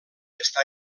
està